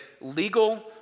legal